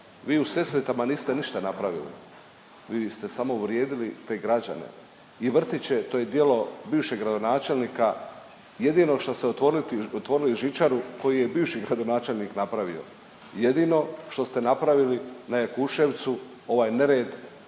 Vi u Sesvetama niste ništa napravili, vi ste samo uvrijedili te građane. I vrtiće to je djelo bivšeg gradonačelnika, jedino šta ste otvorili, otvorili žičaru koji je bivši gradonačelnik napravio. Jedino što ste napravili na Jakuševcu ovaj nered